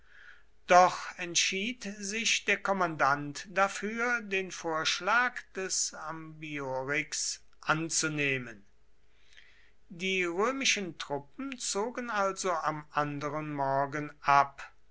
dennoch entschied sich der kommandant dafür den vorschlag des ambiorix anzunehmen die römischen truppen zogen also am anderen morgen ab